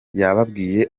yababwiye